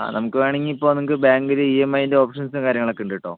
ആ നമുക്ക് വേണമെങ്കിൽ ഇപ്പോൾ നമുക്ക് ബാങ്കിലെ ഇ എം ഐൻ്റെ ഓപ്ഷൻസും കാര്യങ്ങളുമൊക്കെയുണ്ട് കേട്ടോ